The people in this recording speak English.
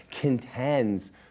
contends